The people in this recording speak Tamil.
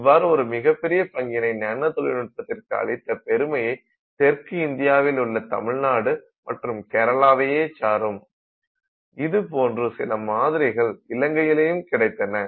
இவ்வாறு ஒரு மிகப்பெரிய பங்கினை நானோ தொழில்நுட்பத்திற்கு அளித்த பெருமையை தெற்கு இந்தியாவிலுள்ள தமிழ்நாடு மற்றும் கேரளாவையே சாரும் இதுபோன்று சில மாதிரிகள் இலங்கையிலும் கிடைத்தன